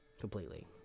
completely